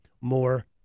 more